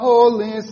Holy